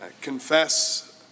confess